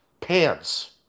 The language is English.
Pants